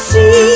See